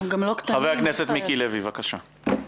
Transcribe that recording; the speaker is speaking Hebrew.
חבר הכנסת מיקי לוי, בבקשה.